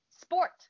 sport